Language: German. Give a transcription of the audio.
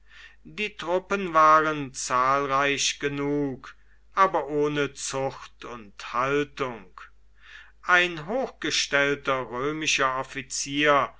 die truppen waren zahlreich genug aber ohne zucht und haltung ein hochgestellter römischer offizier